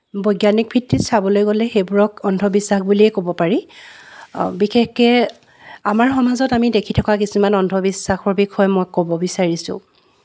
বৈজ্ঞানিক ভিত্তিত চাবলৈ গ'লে সেইবোৰক অন্ধবিশ্বাস বুলিয়ে ক'ব পাৰি বিশেষকৈ আমাৰ সমাজত আমি দেখি থকা কিছুমান অন্ধবিশ্বাসৰ বিষয়ে মই ক'ব বিচাৰিছোঁ